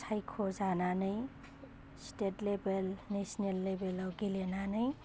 सायख'जानानै state लेबेल नेसनेलाव गेलेनानै